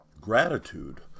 Gratitude